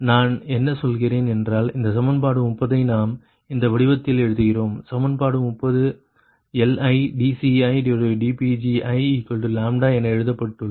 நான் என்ன சொல்கிறேன் என்றால் இந்த சமன்பாடு 30 ஐ நாம் இந்த வடிவத்தில் எழுதுகிறோம் சமன்பாடு 30 LidCidPgiλ என எழுதப்பட்டுள்ளது